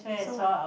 so what